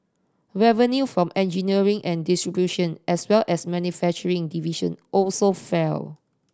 revenue from engineering and distribution as well as manufacturing division also fell